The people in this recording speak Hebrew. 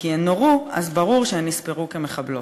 הן נורו אז ברור שהן נספרו כמחבלות."